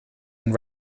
and